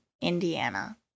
Indiana